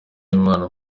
w’imana